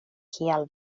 kial